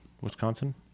Wisconsin